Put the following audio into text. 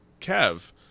Kev